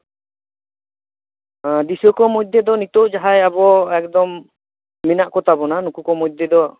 ᱫᱤᱥᱟᱹ ᱠᱚ ᱢᱚᱫᱽᱫᱷᱮ ᱫᱚ ᱱᱤᱛᱚᱜ ᱡᱟᱦᱟᱸᱭ ᱟᱵᱚ ᱮᱠᱫᱚᱢ ᱢᱮᱱᱟᱜ ᱠᱚᱛᱟᱵᱚᱱᱟ ᱱᱩᱠᱩ ᱠᱚ ᱢᱚᱫᱽᱫᱷᱮ ᱫᱚ